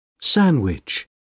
sandwich